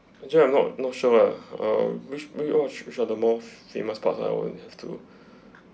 actually I'm not not sure lah err which which err which are the most famous parts I will have to